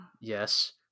Yes